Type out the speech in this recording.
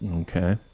Okay